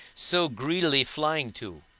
so greedily flying to.